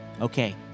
Okay